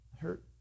hurt